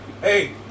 Hey